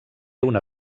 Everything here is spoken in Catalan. una